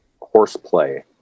horseplay